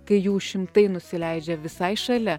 kai jų šimtai nusileidžia visai šalia